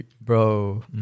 Bro